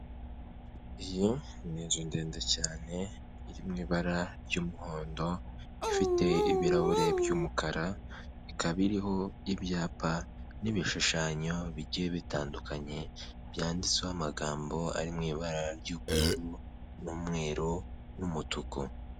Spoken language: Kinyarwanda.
Iyi ni inzu ndende cyane iri mu ibara ry'umuhondo, ifite ibirahure by'umukara, ikaba iriho ibyapa n'ibishushanyo bigiye bitandukanye, byanditsweho amagambo ari mu ibara ry'ubururu n'umweru n'umutuku.